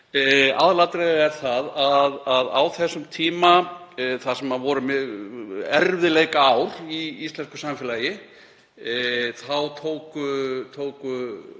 Aðalatriðið er það að á þessum tíma, sem voru erfiðleikaár í íslensku samfélagi, tóku